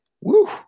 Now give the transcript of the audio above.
Woo